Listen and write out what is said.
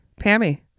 pammy